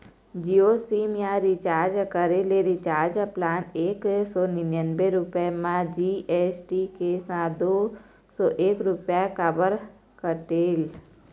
Jio SIM मा recharge करे ले रिचार्ज प्लान एक सौ निन्यानबे रुपए मा जी.एस.टी के साथ दो सौ एक रुपया काबर कटेल?